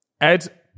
Ed